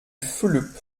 fulup